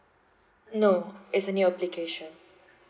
no it's a new application